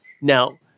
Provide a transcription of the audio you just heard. Now